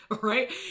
right